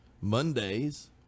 Mondays